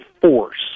force